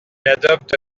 adopte